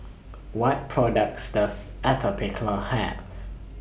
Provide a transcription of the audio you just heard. What products Does Atopiclair Have